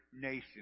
nation